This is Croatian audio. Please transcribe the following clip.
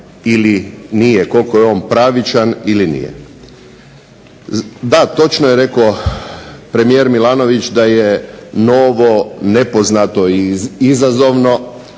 ili nije, koliko je on pravičan ili nije. Da, točno je rekao premijer Milanović da je novo nepoznato i izazovno,